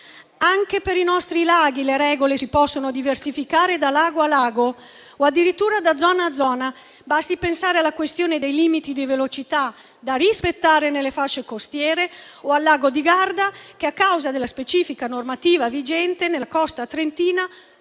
Anche per i nostri laghi le regole si possono diversificare da lago a lago o addirittura da zona a zona. Basti pensare alla questione dei limiti di velocità da rispettare nelle fasce costiere o al lago di Garda che, a causa della specifica normativa vigente, nella costa trentina